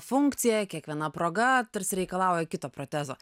funkcija kiekviena proga tarsi reikalauja kito protezo